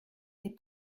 n’est